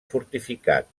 fortificat